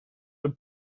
een